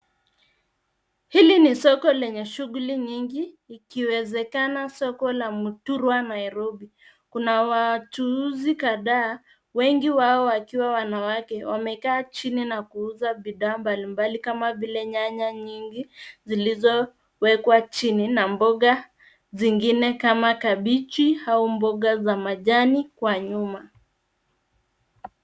Hili ni soko lenye shughuli nyingi ikiwezekana soko la Muthurwa Nairobi. Kuna wachuuzi kadhaa wengi wao wakiwa wanawake. Wamekaa chini na kuuza bidhaa mbalimbali kama vile nyanya nyingi zilizowekwa chini na mboga zingine kama kabeji au mboga za majani kwa nyuma.